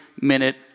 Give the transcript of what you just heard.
minute